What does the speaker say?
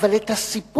אבל את הסיפור,